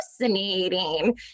fascinating